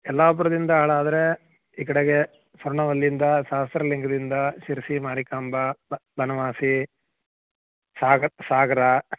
ಯಲ್ಲಾಪುರದಿಂದ ಹಾಗಾದ್ರೆ ಈ ಕಡೆಗೆ ಸ್ವರ್ಣವಲ್ಲಿಯಿಂದ ಸಹಸ್ರ ಲಿಂಗದಿಂದ ಶಿರಸಿ ಮಾರಿಕಾಂಬಾ ಬನವಾಸಿ ಸಾಗರ್ ಸಾಗರ